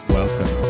welcome